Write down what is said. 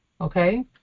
okay